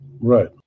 Right